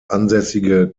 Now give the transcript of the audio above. ansässige